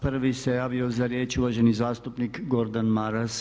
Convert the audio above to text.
Prvi se javio za riječ uvaženi zastupnik Gordan Maras.